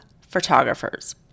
photographers